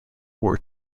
were